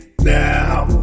now